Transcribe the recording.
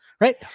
right